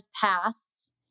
pasts